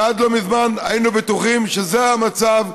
ועד לא מזמן היינו בטוחים שזה המצב,